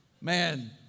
Man